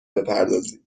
بپردازید